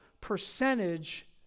percentage